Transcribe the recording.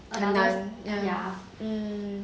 很难 ya mm